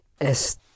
Es